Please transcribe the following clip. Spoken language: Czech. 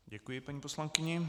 Děkuji paní poslankyni.